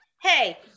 Hey